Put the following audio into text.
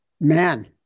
Man